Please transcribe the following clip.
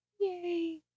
Yay